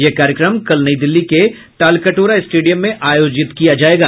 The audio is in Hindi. यह कार्यक्रम कल नई दिल्ली के तालकटोरा स्टेडियम में आयोजित किया जाएगा